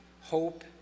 hope